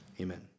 amen